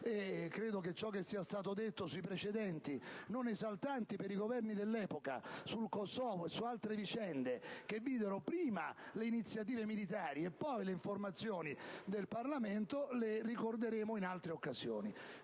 vicenda. Ciò che è stato detto sui precedenti, non esaltanti per i Governi dell'epoca, del Kosovo e di altre vicende, che videro prima le iniziative militari e poi le informazioni al Parlamento, lo ricorderemo in altre occasioni.